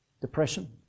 Depression